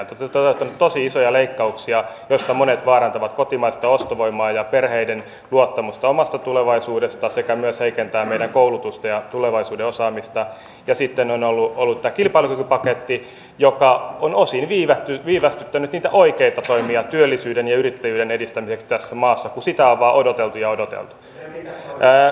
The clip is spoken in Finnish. te olette toteuttaneet tosi isoja leikkauksia joista monet vaarantavat kotimaista ostovoimaa ja perheiden luottamusta omaan tulevaisuuteensa sekä heikentävät meidän koulutusta ja tulevaisuuden osaamista ja sitten on ollut tämä kilpailukykypaketti joka on osin viivästyttänyt niitä oikeita toimia työllisyyden ja yrittäjyyden edistämiseksi tässä maassa kun sitä on vain odoteltu ja odoteltu